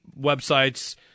websites